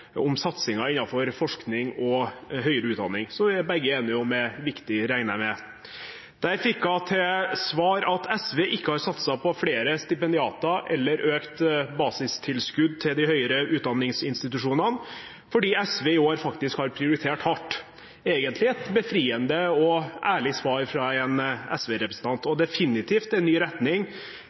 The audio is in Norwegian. om satsingen innenfor forskning og høyere utdanning, som vi begge er enige om er viktig, regner jeg med. Der fikk hun til svar at SV ikke har satset på flere stipendiater eller økt basistilskudd til de høyere utdanningsinstitusjonene fordi SV i år faktisk har prioritert hardt – egentlig et befriende og ærlig svar fra en SV-representant, og definitivt en ny retning